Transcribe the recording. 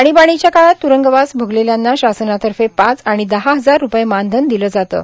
आणीबाणीच्या काळात त्रूंगवास भोगलेल्यांना शासनातर्फे पाच आणि दहा हजार रुपये मानधन दिले जाते